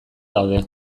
daude